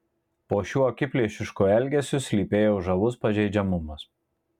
po šiuo akiplėšišku elgesiu slypėjo žavus pažeidžiamumas